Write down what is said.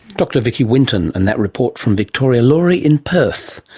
dr vicky winton and that report from victoria laurie in perth.